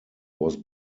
was